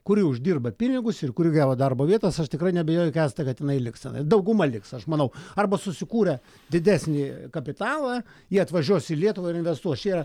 kuri uždirba pinigus ir kur gavo darbo vietas aš tikrai neabejoju kęstai kad jinai liks ten dauguma liks aš manau arba susikūrė didesnį kapitalą jie atvažiuos į lietuvą ir investuos čia yra